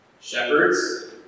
shepherds